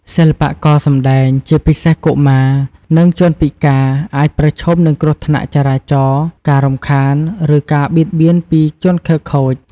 សិល្បករ សម្ដែងជាពិសេសកុមារ និងជនពិការ អាចប្រឈមនឹងគ្រោះថ្នាក់ចរាចរណ៍ ការរំខាន ឬការបៀតបៀនពីជនខិលខូច។